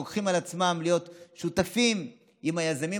הם לוקחים על עצמם להיות שותפים עם היזמים